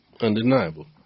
undeniable